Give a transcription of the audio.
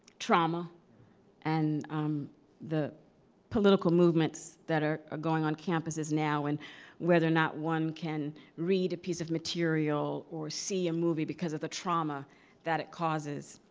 trauma and the political movements that are going on campuses now and whether or not one can read a piece of material or see a movie because of the trauma that it causes.